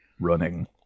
Running